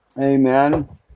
Amen